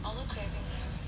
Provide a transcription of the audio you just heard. I also craving you know